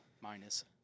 minus